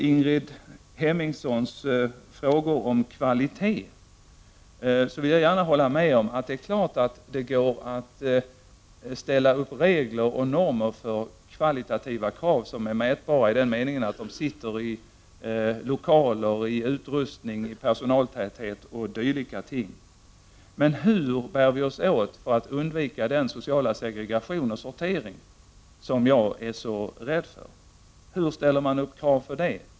Ingrid Hemmingsson frågar om kvaliteten, och jag vill gärna hålla med om att det självfallet går att ställa upp regler och normer för mätbara kvaliteter avseende lokaler, utrustning, personaltäthet o.d. Men hur bär vi oss åt för att undvika den sociala segregation och sortering som jag är så rädd för? Hur ställer man krav på det?